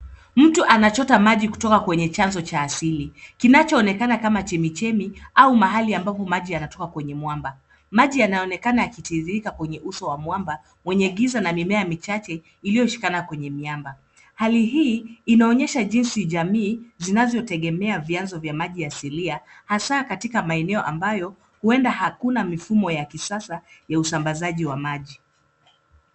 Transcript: Mtu anaonekana akichota maji kutoka kwenye chanzo cha asili kinachofanana na chemchemi, ambapo maji yanatiririka kutoka kwenye mwamba. Maji hayo yanadondoka juu ya uso wa mwamba wenye giza na kufunikwa na mimea michache iliyoshikamana kwenye mawe. Hali hii inaonyesha jinsi jamii zinavyotegemea vyanzo vya maji asilia, hasa katika maeneo ambayo huenda hayana mifumo ya kisasa ya usambazaji maji